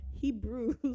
Hebrews